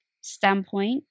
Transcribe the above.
standpoint